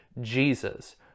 Jesus